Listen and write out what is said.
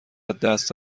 دست